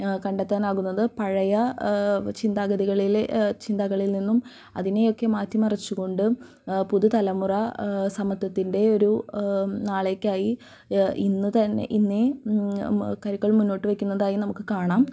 കണ്ടെത്താനാകുന്നത് പഴയ ചിന്താഗതികളിൽ ചിന്തകളിൽ നിന്നും അതിനെയൊക്കെ മാറ്റി മറിച്ച് കൊണ്ട് പുതു തലമുറ സമത്വത്തിൻ്റെ ഒരു നാളേക്കായി ഇന്ന് തന്നെ ഇന്നേ കരുക്കൾ മുന്നോട്ട് വെക്കുന്നതായി നമുക്ക് കാണാം